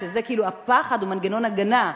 שזה כאילו הפחד הוא מנגנון הגנה.